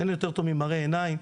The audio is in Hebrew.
אין יותר טוב ממראה עיניים.